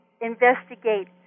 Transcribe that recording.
investigate